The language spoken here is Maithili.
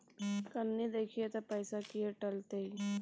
कनी देखियौ त पैसा किये कटले इ?